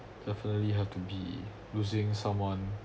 definitely have to be losing someone